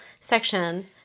section